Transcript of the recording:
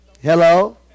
Hello